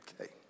Okay